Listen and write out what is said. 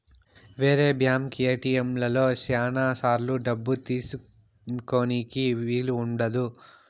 వేరే బ్యాంక్ ఏటిఎంలలో శ్యానా సార్లు డబ్బు తీసుకోనీకి వీలు ఉండదు